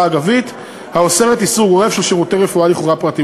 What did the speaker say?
"אגבית" האוסרת איסור גורף שירותי רפואה לכאורה פרטיים.